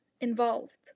involved